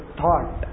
thought